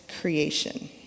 creation